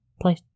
Play